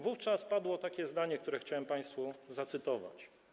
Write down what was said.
Wówczas padło takie zdanie, które chciałbym państwu zacytować.